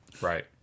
Right